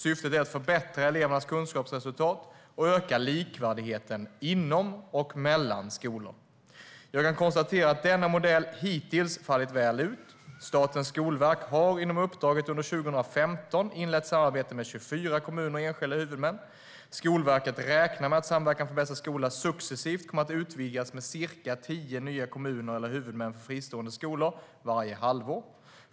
Syftet är att förbättra elevernas kunskapsresultat och öka likvärdigheten inom och mellan skolor. Jag kan konstatera att denna modell hittills fallit väl ut. Statens skolverk har inom uppdraget under 2015 inlett samarbete med 24 kommuner och enskilda huvudmän. Skolverket räknar med att Samverkan för bästa skola successivt kommer att utvidgas med cirka tio nya kommuner eller huvudmän för fristående skolor varje halvår.